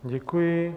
Děkuji.